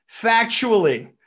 factually